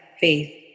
faith